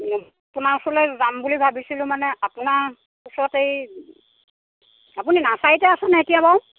আপোনাৰ ওচৰলৈ যাম বুলি ভাবিছিলোঁ মানে আপোনাৰ ওচৰত এই আপুনি নাৰ্চাৰিতে আছেনে এতিয়া বাৰু